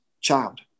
child